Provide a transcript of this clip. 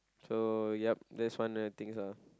so yup there is one of the things ah